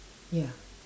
ya